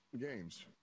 Games